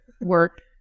work